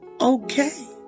okay